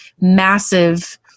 massive